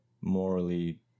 morally